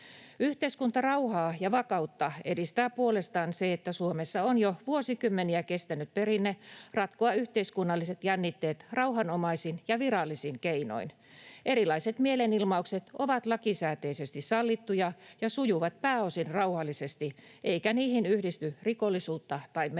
Yhteiskuntarauhaa ja vakautta edistää puolestaan se, että Suomessa on jo vuosikymmeniä kestänyt perinne ratkoa yhteiskunnalliset jännitteet rauhanomaisin ja virallisiin keinoin. Erilaiset mielenilmaukset ovat lakisääteisesti sallittuja ja sujuvat pääosin rauhallisesti, eikä niihin yhdisty rikollisuutta tai mellakointia.